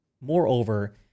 Moreover